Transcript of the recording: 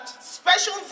special